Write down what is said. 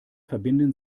verbinden